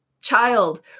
child